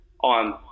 on